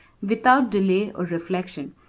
without delay or reflection,